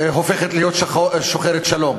להפוך להיות שוחרת שלום.